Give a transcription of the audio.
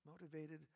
motivated